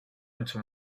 into